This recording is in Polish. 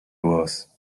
głos